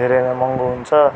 धेरै नै महँगो हुन्छ